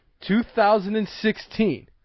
2016